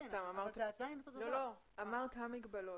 אמרת "המגבלות".